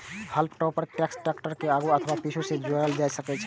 हाल्म टॉपर कें टैक्टर के आगू अथवा पीछू सं जोड़ल जा सकै छै